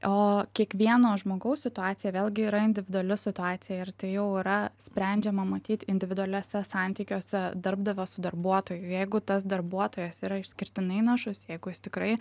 o kiekvieno žmogaus situacija vėlgi yra individuali situacija ir tai jau yra sprendžiama matyt individualiuose santykiuose darbdavio su darbuotoju jeigu tas darbuotojas yra išskirtinai našus jeigu jis tikrai